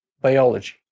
biology